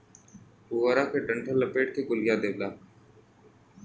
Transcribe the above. पुआरा के डंठल लपेट के गोलिया देवला